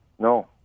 no